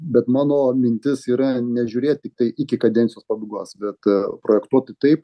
bet mano mintis yra nežiūrėt tiktai iki kadencijos pabaigos bet projektuoti taip